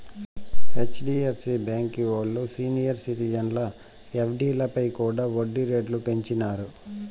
HDFC బాంకీ ఓల్లు senior సిటిజన్ల ఎఫ్డీలపై కూడా ఒడ్డీ రేట్లు పెంచినారు